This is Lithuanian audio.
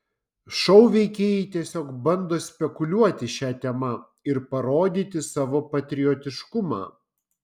šou veikėjai tiesiog bando spekuliuoti šia tema ir parodyti savo patriotiškumą